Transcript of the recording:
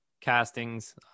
castings